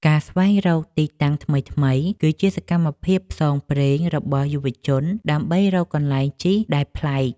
ការស្វែងរកទីតាំងថ្មីៗ គឺជាសកម្មភាពផ្សងព្រេងរបស់យុវជនដើម្បីរកកន្លែងជិះដែលប្លែក។